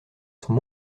sont